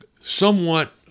somewhat